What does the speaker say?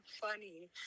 funny